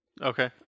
Okay